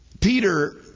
Peter